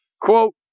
Quote